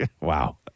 Wow